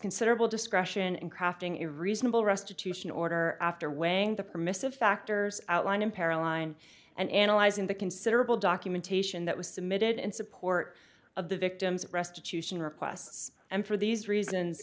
considerable discretion in crafting a reasonable restitution order after weighing the permissive factors outlined in paralyzed on and analyzing the considerable documentation that was submitted in support of the victim's restitution requests and for these reasons